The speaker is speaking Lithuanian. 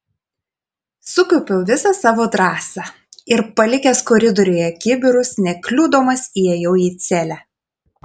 sukaupiau visą savo drąsą ir palikęs koridoriuje kibirus nekliudomas įėjau į celę